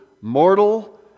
mortal